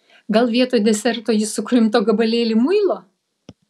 gal vietoj deserto jis sukrimto gabalėlį muilo